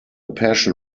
passion